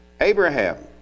Abraham